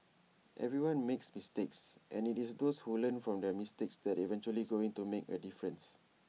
everyone makes mistakes and IT is those who learn from their mistakes that are eventually going to make A difference